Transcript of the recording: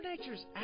Nature's